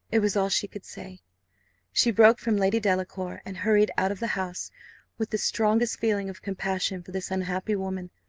it was all she could say she broke from lady delacour, and hurried out of the house with the strongest feeling of compassion for this unhappy woman,